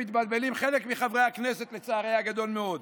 כפי שמתבלבלים חלק מחברי הכנסת, לצערי הגדול מאוד: